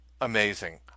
amazing